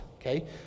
okay